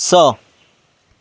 स